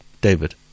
David